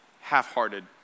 half-hearted